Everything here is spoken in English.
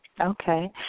Okay